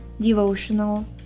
devotional